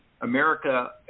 America